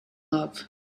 love